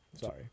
Sorry